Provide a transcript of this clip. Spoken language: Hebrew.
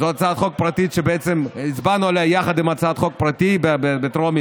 הצעת חוק פרטית שבעצם הצבענו עליה יחד עם הצעת חוק פרטית בטרומית,